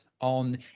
on